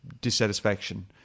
dissatisfaction